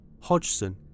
Hodgson